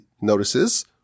notices